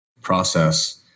process